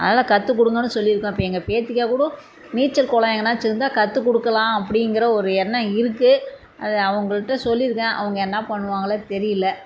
அதனால கற்றுக்குடுங்கன்னு சொல்லி இருக்கேன் இப்போ எங்கள் பேத்திக்கா கூட நீச்சல் குளம் எங்கேனாச்சும் இருந்தால் கற்றுக்குடுக்கலாம் அப்படிங்கிற ஒரு எண்ணம் இருக்கு அது அவங்கள்ட்ட சொல்லி இருக்கேன் அவங்க என்ன பண்ணுவாங்களோ தெரியல